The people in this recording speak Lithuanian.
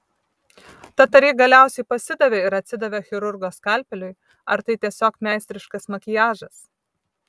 tad ar ji galiausiai pasidavė ir atsidavė chirurgo skalpeliui ar tai tiesiog meistriškas makiažas